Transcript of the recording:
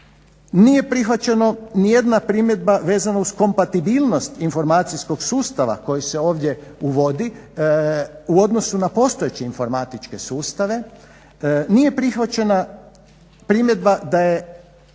Nije prihvaćeno ni jedna primjedba vezano uz kompatibilnost informacijskog sustava koji se ovdje uvodi u odnosu na postojeće informatičke sustave. Nije prihvaćena primjedba da je